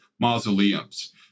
mausoleums